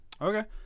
Okay